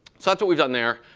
so that's what we've done there.